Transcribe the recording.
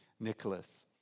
Nicholas